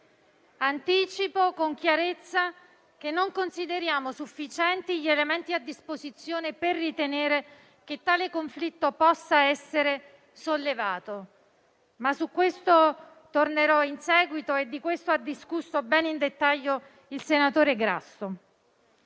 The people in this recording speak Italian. Anticipo con chiarezza che non consideriamo sufficienti gli elementi a disposizione per ritenere che tale conflitto possa essere sollevato. Ma su questo tornerò in seguito e di questo ha discusso bene in dettaglio il senatore Grasso.